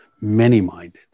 many-minded